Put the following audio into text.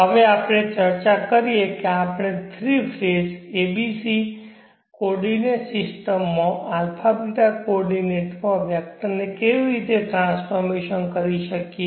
હવે આપણે ચર્ચા કરીએ કે આપણે થ્રી ફેઝ abc કોઓર્ડિનેંટ સિસ્ટમમાં α ß કોઓર્ડિનેટમાં વેક્ટરને કેવી રીતે ટ્રાન્સફોર્મશન કરી શકીએ